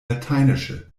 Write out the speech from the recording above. lateinische